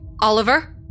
Oliver